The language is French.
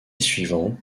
suivante